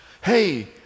hey